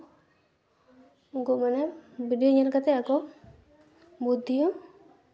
ᱱᱩᱠᱩ ᱢᱟᱱᱮ ᱵᱷᱤᱰᱤᱭᱳ ᱧᱮᱞ ᱠᱟᱛᱮ ᱟᱠᱚ ᱵᱩᱫᱽᱫᱷᱤ ᱦᱚᱸ